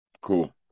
cool